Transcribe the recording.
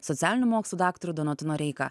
socialinių mokslų daktaru donatu noreika